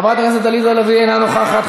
חברת הכנסת עליזה לביא, אינה נוכחת.